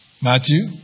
Matthew